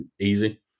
easy